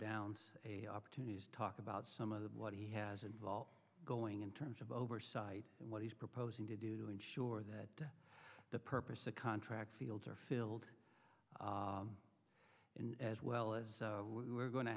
downs a opportunities to talk about some of the what he has involved going in terms of oversight and what he's proposing to do to ensure that the purpose of contract fields are filled in as well as we were go